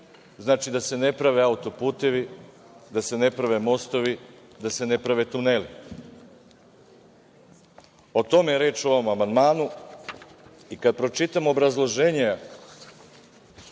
znači, da se ne prave autoputevi, da se ne prave mostovi, da se ne prave tuneli. O tome je reč u ovom amandmanu, i kad pročitam obrazloženje